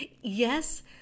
yes